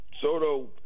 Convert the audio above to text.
Soto